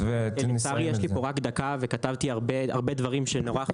לצערי יש לי פה רק דקה וכתבתי הרבה דברים שנורא חשובים.